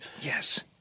Yes